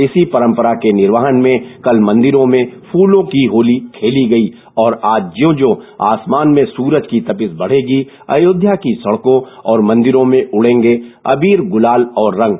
इसी परम्पता के निर्वहन में कल मंदिरों में फूलों की होती खेली गयी और आज ज्यों ज्यों आसमान में सूरज की तपिश बढ़ेगी अयोध्या की सड़कों और मंदिरों में उड़ेगे अबीर गुलाल और रंग